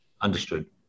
Understood